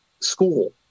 school